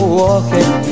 walking